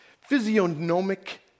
physiognomic